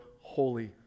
Holy